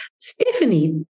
Stephanie